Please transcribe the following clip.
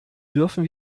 dürfen